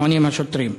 עונים השוטרים.